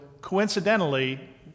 coincidentally